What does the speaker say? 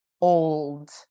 old